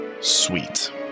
Sweet